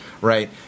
Right